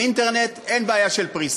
באינטרנט אין בעיה של פריסה.